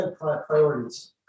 priorities